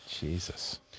Jesus